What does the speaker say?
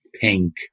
Pink